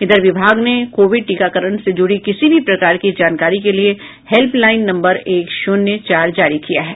इधर विभाग ने कोविड टीकाकरण से जुड़ी किसी भी प्रकार की जानकारी के लिए हेल्प लाईन नम्बर एक शून्य चार जारी किया है